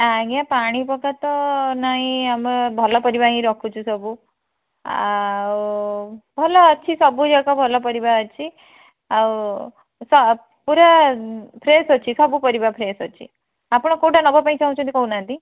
ଆଜ୍ଞା ପାଣି ପକା ତ ନାହିଁ ଆମେ ଭଲ ପରିବା ହିଁ ରଖୁଛୁ ସବୁ ଆଉ ଭଲ ଅଛି ସବୁ ଯାକ ଭଲ ପରିବା ଅଛି ଆଉ ପୁରା ଫ୍ରେଶ୍ ଅଛି ସବୁ ପରିବା ଫ୍ରେଶ୍ ଅଛି ଆପଣ କେଉଁଟା ନେବା ପାଇଁ ଚାହୁଁଛନ୍ତି କହୁନାହାନ୍ତି